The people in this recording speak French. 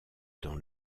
dans